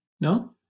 No